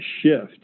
shift